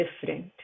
different